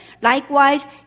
Likewise